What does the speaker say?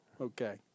Okay